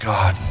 God